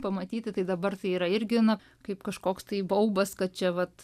pamatyti tai dabar tai yra irgi na kaip kažkoks tai baubas kad čia vat